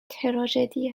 تراژدی